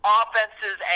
offenses